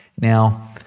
Now